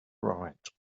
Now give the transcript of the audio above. right